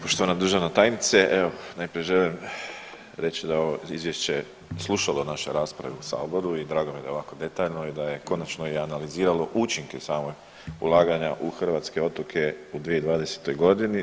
Poštovana državna tajnice, evo najprije želim da ovo izvješće je slušalo naše rasprave u saboru i drago mi je da je ovako detaljno i da je konačno i analiziralo učinke samog ulaganja u hrvatske otoke u 2020. godini.